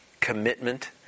commitment